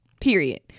period